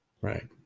right